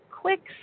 quick